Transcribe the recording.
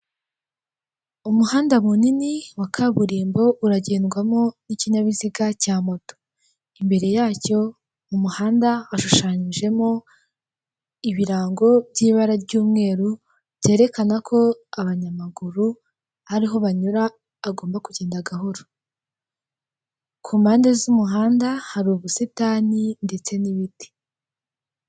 Umuhanda munini wa kaburimbo, uragendwamo n'ikinyabiziga cya moto. Imbere yacyo mu muhanda, hashushanyijemo ibirango by'ibara ry'umweru, byerekana ko abanyamaguru ari ho banyura, agomba kugenda gahoro. Ku mpande z'umuhanda, hari ubusitani ndetse n'ibiti.